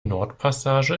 nordpassage